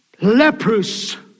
Leprous